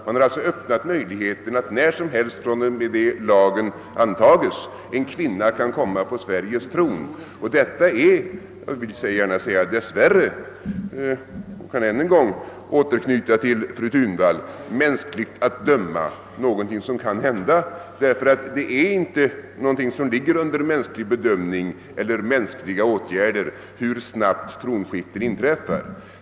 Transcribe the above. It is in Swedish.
Man har alltså öppnat möjligheten att när som helst från och med det att lagen antages, en kvinna kan komma på Sveriges tron. Och detta är — jag vill gärna säga dess värre och kan än en gång anknyta till vad fru Thunvall sagt — mänskligt att döma någonting som kan hända, ty det ligger inte under mänsklig bedömning eller under mänskliga åtgärder hur snabbt tronskiften inträffar.